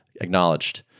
acknowledged